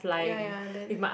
ya ya then